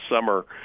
summer –